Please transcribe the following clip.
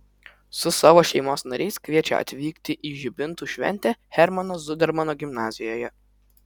su savo šeimos nariais kviečia atvykti į žibintų šventę hermano zudermano gimnazijoje